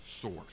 source